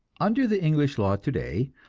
under the english law today,